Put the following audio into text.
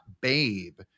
babe